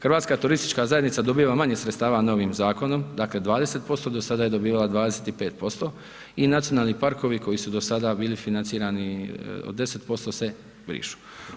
Hrvatska turistička zajednica dobiva manje sredstava novim zakonom, dakle 20% do sada je dobivala 25% i nacionalni parkovi koji su do sada bili financirani od 10% se brišu.